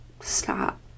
Stop